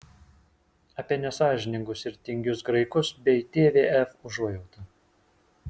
apie nesąžiningus ir tingius graikus bei tvf užuojautą